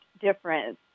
difference